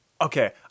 Okay